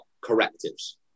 correctives